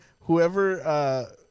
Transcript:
whoever